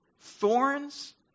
thorns